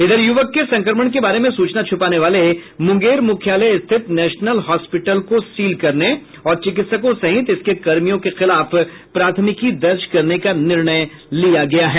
इधर युवक के संक्रमण के बारे में सूचना छूपाने वाले मुंगेर मुख्यालय स्थित नेशनल हॉस्पीटल को सील करने और चिकित्सकों सहित इसके कर्मियों के खिलाफ प्राथमिकी दर्ज करने का निर्णय किया गया है